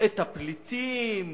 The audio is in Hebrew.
את הפליטים,